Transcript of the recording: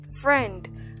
friend